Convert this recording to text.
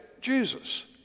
Jesus